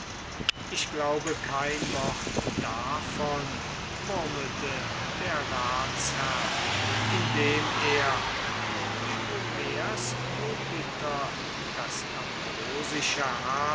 ich glaube kein wort davon murmelte der ratsherr indem er wie homers jupiter das ambrosische